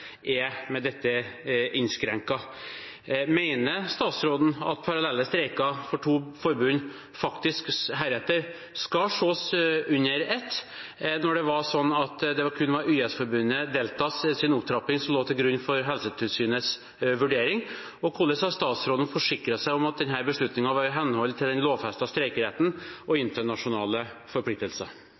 med dette er innskrenket. Mener statsråden at parallelle streiker for to forbund faktisk heretter skal ses under ett, når det kun var YS-forbundet Deltas opptrapping som lå til grunn for Helsetilsynets vurdering? Hvordan har statsråden forsikret seg om at denne beslutningen var i henhold til den lovfestede streikeretten og internasjonale forpliktelser?